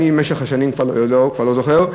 אני, במשך השנים, כבר לא זוכר.